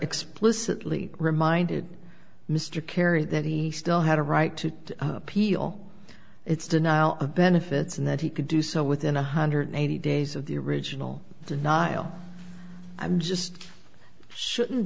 explicitly reminded mr kerry that he still had a right to appeal its denial of benefits and that he could do so within one hundred eighty days of the original denial i'm just shouldn't